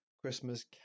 Christmas